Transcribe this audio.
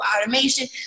automation